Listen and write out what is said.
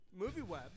MovieWeb